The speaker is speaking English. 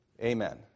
Amen